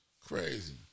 crazy